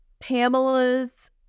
Pamela's